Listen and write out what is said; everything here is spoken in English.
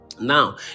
Now